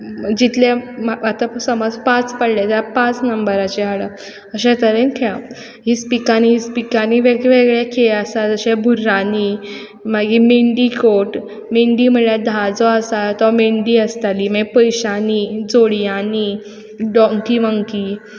जितले आतां समज पांच पडले जाल्यार पांच नंबराचेर हाडप अशें तरेन खेळप इस्पिकांनी इस्पिकांनी वेगळेवेगळे खेळ आसा जशे भुर्रांनी मागीर मेंडी कोट मेंडी म्हळ्यार धा जो आसा तो मेंडी आसताली मागीर पयश्यांनी जोडयांनी डोंकी मंकी